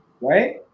right